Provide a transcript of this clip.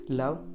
love